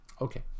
okay